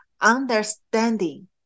understanding